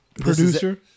producer